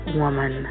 woman